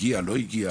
הגיע לא הגיע.